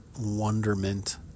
wonderment